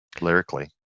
lyrically